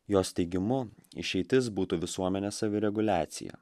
jos teigimu išeitis būtų visuomenės savireguliaciją